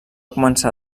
començar